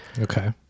Okay